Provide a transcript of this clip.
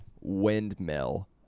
windmill